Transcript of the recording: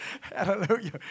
Hallelujah